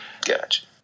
Gotcha